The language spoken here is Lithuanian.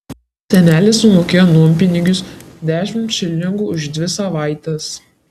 senelė sumokėjo nuompinigius dešimt šilingų už dvi savaites